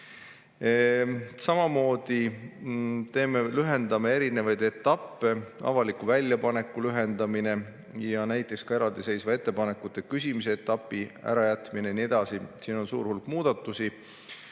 Samamoodi lühendame erinevaid etappe: avaliku väljapaneku lühendamine ja näiteks ka eraldiseisva ettepanekute küsimise etapi ärajätmine ja nii edasi – siin on suur hulk muudatusi.